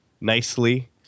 nicely